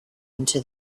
into